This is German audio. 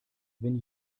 wenn